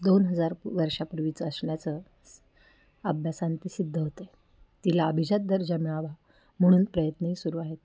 दोन हजार वर्षापूर्वीचं असण्याचं स अभ्यासाअंती सिद्ध होत आहे तिला अभिजात दर्जा मिळावा म्हणून प्रयत्नही सुरू आहेत